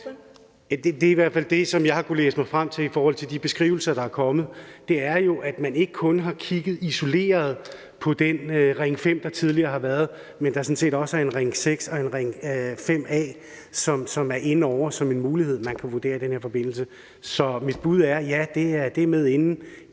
Det er i hvert fald det, som jeg har kunnet læse mig frem til i forhold til de beskrivelser, der er kommet, nemlig at man ikke kun har kigget isoleret på den Ring 5, der tidligere har været, men at der sådan også er en Ring 6 og en Ring 5A, som er inde over som en mulighed, man kan vurdere i den her forbindelse. Så mit bud er: Ja, det er med inde